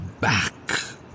back